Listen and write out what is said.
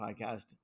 podcast